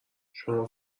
شما